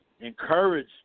encourage